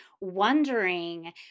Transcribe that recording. wondering